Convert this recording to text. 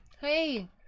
Hey